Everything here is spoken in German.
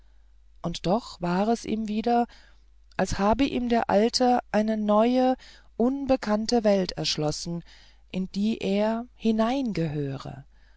und doch war es ihm wieder als habe ihm der alte eine neue unbekannte welt erschlossen in die er